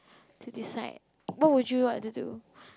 to decide but would you what to do